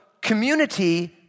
community